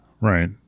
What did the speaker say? Right